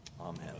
Amen